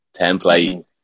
template